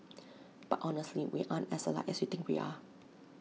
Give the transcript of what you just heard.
but honestly we aren't as alike as you think we are